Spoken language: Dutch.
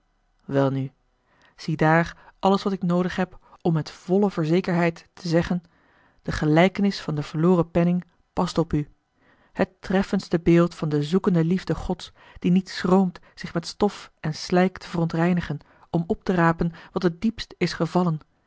welnu ziedaar alles wat ik noodig heb om met volle verzekerheid te zeggen de gelijkenis van den verloren penning past op u het treffendste beeld van de zoekende liefde gods die niet schroomt zich met stof en slijk te verontreinigen om a l g bosboom-toussaint de delftsche wonderdokter eel op te rapen wat het diepst is gevallen